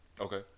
Okay